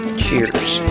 Cheers